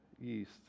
yeast